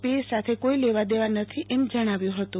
પી સાથે કોઈ લેવા દેવા નથી એમ જણાવ્યું હતું